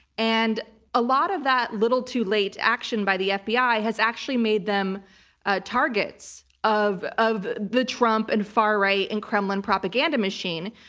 and a lot of that little too late action by the fbi has actually made them ah targets of of the trump and far right and kremlin propaganda machine,